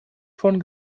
von